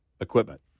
equipment